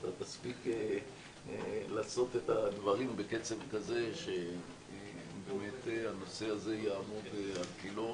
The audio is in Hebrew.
אתה תספיק לעשות את הדברים בקצב כזה שבאמת הנושא הזה יעמוד על תילו.